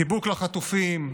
חיבוק לחטופים,